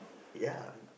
ya